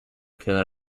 killer